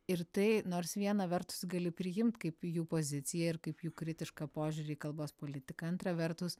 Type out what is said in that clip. ir tai nors viena vertus gali priimt kaip jų poziciją ir kaip jų kritišką požiūrį į kalbos politiką antra vertus